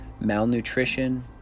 malnutrition